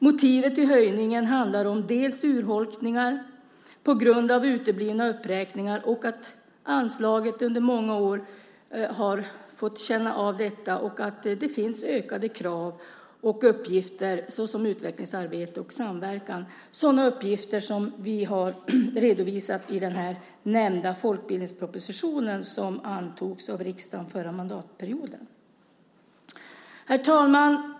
Motivet till höjningen handlar om urholkning på grund av uteblivna uppräkningar av anslaget under många år och att det finns ökade krav och uppgifter såsom utvecklingsarbete och samverkan, sådana uppgifter som vi har redovisat i den nämnda folkbildningspropositionen som antogs av riksdagen förra mandatperioden. Herr talman!